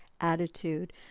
attitude